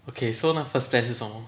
okay so now first first plan 是什么